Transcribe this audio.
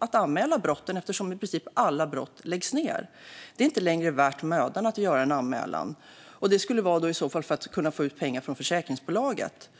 att anmäla brotten eftersom i princip alla utredningar läggs ned. Det är inte längre värt mödan att göra en anmälan - det skulle i så fall vara för att kunna få ut pengar från försäkringsbolaget.